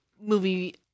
movie